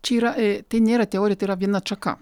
čia yra a tai nėra teorija tai yra viena atšaka